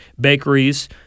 bakeries